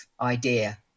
idea